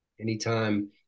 Anytime